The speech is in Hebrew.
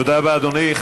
תודה רבה, אדוני.